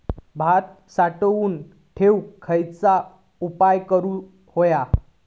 भात साठवून ठेवूक खयचे उपाय करूक व्हये?